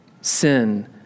sin